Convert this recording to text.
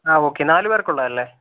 ആ ഓക്കേ നാലുപേർക്കുള്ളതല്ലേ